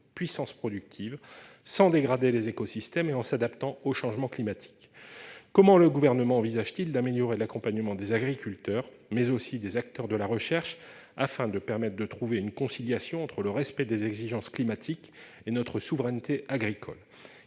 puissance productive sans dégrader les écosystèmes et en s'adaptant au changement climatique, comment le gouvernement envisage-t-il d'améliorer l'accompagnement des agriculteurs, mais aussi des acteurs de la recherche afin de permette de trouver une conciliation entre le respect des exigences climatiques et notre souveraineté agricole,